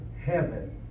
heaven